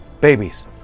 babies